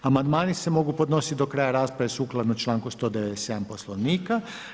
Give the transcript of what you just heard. Amandmani se mogu podnositi do kraja rasprave sukladno članku … Poslovnika.